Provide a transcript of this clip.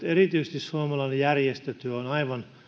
erityisesti suomalainen järjestötyö on aivan